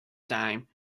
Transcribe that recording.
time